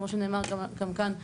כמו שנאמר גם כאן,